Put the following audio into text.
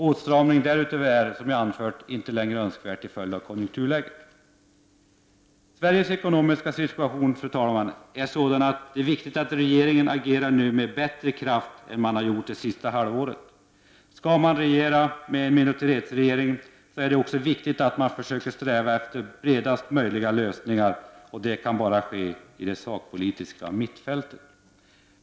En längre gående åtstramning är, som jag anfört, till följd av konjunkturläget inte längre önskvärd. Sveriges ekonomiska situation, fru talman, är sådan att det är viktigt att regeringen nu agerar med större kraft än vad den har gjort under det senaste halvåret. För en minoritetsregering är det viktigt att sträva efter bredaste möjliga lösningar, och sådana kan åstadkommas bara i det sakpolitiska mittfältet.